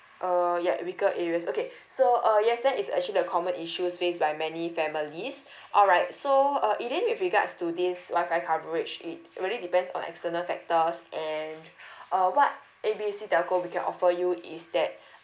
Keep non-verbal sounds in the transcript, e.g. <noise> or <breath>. uh ya weaker areas okay so uh yes that is actually a common issues faced by many families <breath> alright so uh elaine with regards to this wi-fi coverage it really depends on external factors and <breath> uh what A B C telco we can offer you is that